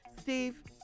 Steve